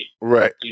Right